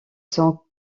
sont